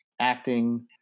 acting